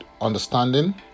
understanding